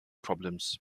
problems